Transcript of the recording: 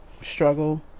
struggle